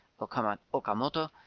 Okamoto